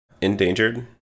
endangered